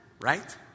right